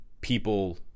people